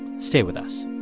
stay with us